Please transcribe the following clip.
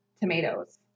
tomatoes